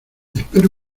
espere